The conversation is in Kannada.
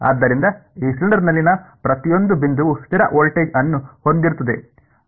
ಆದ್ದರಿಂದ ಈ ಸಿಲಿಂಡರ್ನಲ್ಲಿನ ಪ್ರತಿಯೊಂದು ಬಿಂದುವು ಸ್ಥಿರ ವೋಲ್ಟೇಜ್ ಅನ್ನು ಹೊಂದಿರುತ್ತದೆ